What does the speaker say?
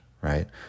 right